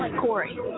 Corey